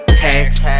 text